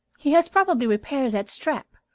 he has probably repaired that strap,